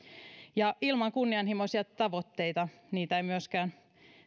ilman kunnianhimoisia tavoitteita niitä ei myöskään